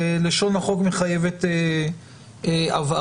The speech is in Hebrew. לשון החוק מחייבת הבהרה,